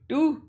Two